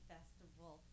Festival